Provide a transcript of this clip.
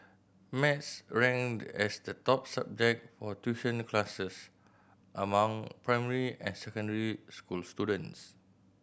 math ranked as the top subject for tuition classes among primary and secondary school students